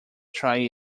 try